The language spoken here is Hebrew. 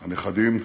הנכדים,